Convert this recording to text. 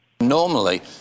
Normally